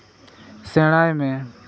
ᱥᱮᱬᱟᱭ ᱢᱮ